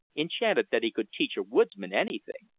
enchanted that he could teach a woodsman anything.